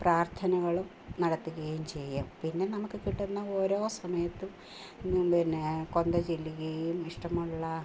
പ്രാർത്ഥനകളും നടത്തുകയും ചെയ്യും പിന്നെ നമുക്ക് കിട്ടുന്ന ഓരോ സമയത്തും ഞാൻ പിന്നെ കൊന്ത ചൊല്ലുകയും ഇഷ്ടമുള്ള